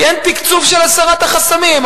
כי אין תקצוב של הסרת החסמים.